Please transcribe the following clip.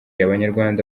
abanyarwanda